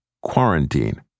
quarantine